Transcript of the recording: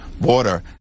border